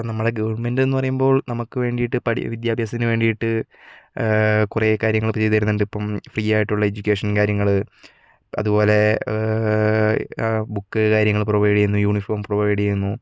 അപ്പോൾ നമ്മുടെ ഗവൺമെന്റ്ന്നു പറയുമ്പോൾ നമുക്ക് വേണ്ടിട്ട് വിദ്യാഭ്യാസത്തിന് വേണ്ടിട്ട് കുറേ കാര്യങ്ങളൊക്കെ ചെയ്തുതരുന്നുണ്ട് ഇപ്പം ഫ്രീയായിട്ടുള്ള എഡ്യുകേഷൻ കാര്യങ്ങള് അതുപോലെ ബുക്ക് കാര്യങ്ങള് പ്രൊവൈഡ് ചെയ്യുന്നു യൂണിഫോം പ്രൊവൈഡ് ചെയ്യുന്നു